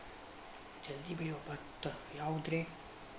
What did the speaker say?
ಜಲ್ದಿ ಬೆಳಿಯೊ ಭತ್ತ ಯಾವುದ್ರೇ?